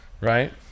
right